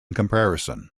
comparison